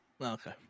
Okay